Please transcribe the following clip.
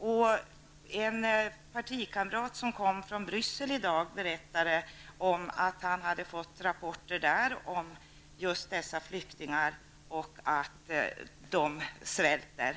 En av mina partikamrater som i dag kom från Bryssel berättade att han där hade fått rapporter om just dessa flyktingar och att de svälter.